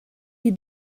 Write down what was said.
wir